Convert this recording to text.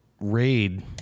raid